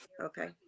okay